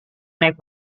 naik